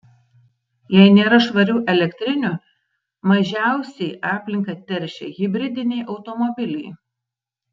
jei nėra švarių elektrinių mažiausiai aplinką teršia hibridiniai automobiliai